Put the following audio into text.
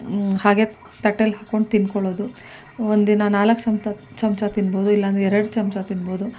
ಹಾಗೆ ತಟ್ಟೆಲಿ ಹಾಕ್ಕೊಂಡು ತಿನ್ಕೊಳ್ಳೋದು ಒಂದಿನ ನಾಲ್ಕು ಸಂಪ್ ಚಮಚ ತಿನ್ಬೋದು ಇಲ್ಲ ಅಂದ್ರೆ ಎರಡು ಚಮಚ ತಿನ್ಬೋದು